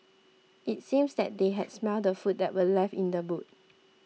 it seemed that they had smelt the food that were left in the boot